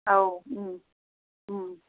औ